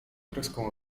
troską